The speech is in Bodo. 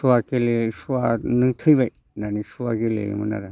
सुवा गेले सुवा नों थैबाय सुवा गेलेयोमोन आरो